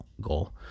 goal